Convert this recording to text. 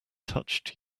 touched